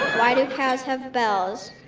why do cows have bells?